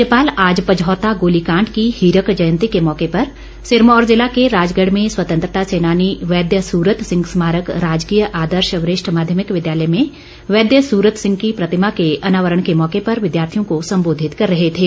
राज्यपाल आज पझौता गोली कांड की हीरक जयंती के मौके पर सिरमौर जिला के राजगढ में स्वतंत्रता सैनानी वैद्य सुरत सिंह स्मारक राजकीय आदर्श वरिष्ठ माध्यमिक विद्यालय में वैद्य सूरत सिंह की प्रतिमा के अनावरण के मौके पर विद्यार्थियों को सम्बोधित कर रहे थे